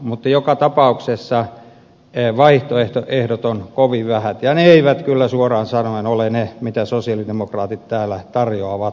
mutta joka tapauksessa vaihtoehdot ovat kovin vähät ja ne eivät kyllä suoraan sanoen ole niitä mitä sosialidemokraatit täällä tarjoavat